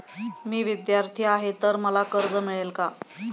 मी विद्यार्थी आहे तर मला कर्ज मिळेल का?